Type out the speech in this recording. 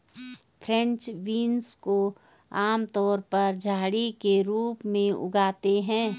French beans को आमतौर पर झड़ी के रूप में उगाते है